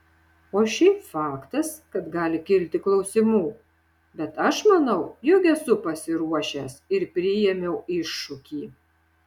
o šiaip faktas kad gali kilti klausimų bet aš manau jog esu pasiruošęs ir priėmiau iššūkį